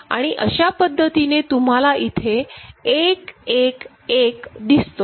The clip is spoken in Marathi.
आणि अशा पद्धतीने तुम्हाला इथे 1 1 1 दिसतो